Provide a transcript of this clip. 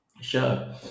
Sure